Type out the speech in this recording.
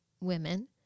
women